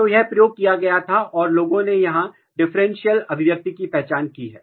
तो यह प्रयोग किया गया था और लोगों ने यहाँ डिफरेंशियल अभिव्यक्ति की पहचान की है